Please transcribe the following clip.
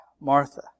Martha